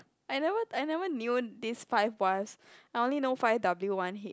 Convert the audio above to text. I never I never knew this five wives I only know five W one H